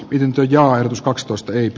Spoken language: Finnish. pidentyy ja ohituskakstoista ykn